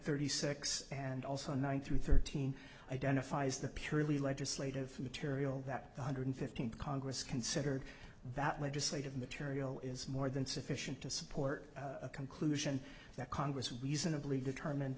thirty six and also one through thirteen identifies the purely legislative material that one hundred fifteen congress considered that legislative material is more than sufficient to support a conclusion that congress reasonably determined